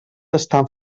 estan